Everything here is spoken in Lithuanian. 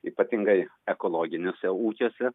ypatingai ekologiniuose ūkiuose